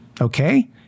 Okay